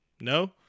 no